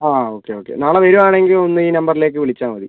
ആ okay okay നാളെ വരികയാണെങ്കിൽ ഒന്ന് ഈ നമ്പറിലേക്ക് വിളിച്ചാൽമതി